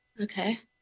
Okay